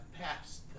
passed